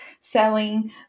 selling